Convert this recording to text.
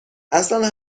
اصلن